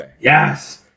Yes